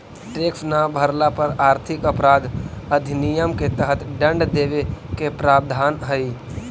tax न भरला पर आर्थिक अपराध अधिनियम के तहत दंड देवे के प्रावधान हई